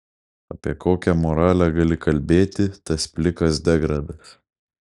apie kokią moralę gali kalbėti tas plikas degradas